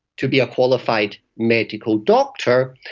to be a qualified medical doctor,